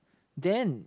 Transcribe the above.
then